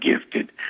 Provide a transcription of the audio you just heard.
gifted